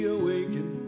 awaken